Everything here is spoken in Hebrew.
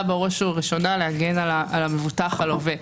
בראש ובראשונה להגן על המבוטח הלווה.